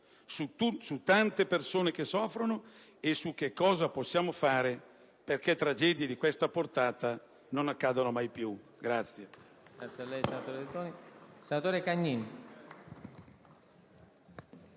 su tante persone che soffrono e su cosa possiamo fare perché tragedie di questa portata non accadano mai più.